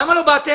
למה לא באתם?